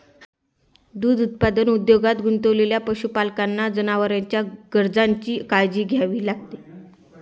दूध उत्पादन उद्योगात गुंतलेल्या पशुपालकांना जनावरांच्या गरजांची काळजी घ्यावी लागते